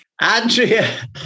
andrea